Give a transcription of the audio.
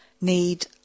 need